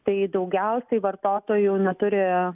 tai daugiausiai vartotojų neturi